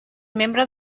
membre